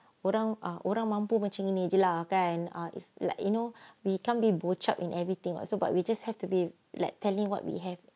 orang ah orang mampu macam ini jer lah kan like it's like you know we can't be bo chap in everything sebab we just have to be like telling what we have